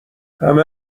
همه